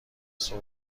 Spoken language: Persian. صبح